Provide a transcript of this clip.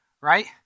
right